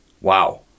wow